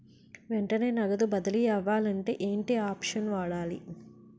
వెంటనే నగదు బదిలీ అవ్వాలంటే ఏంటి ఆప్షన్ వాడాలి?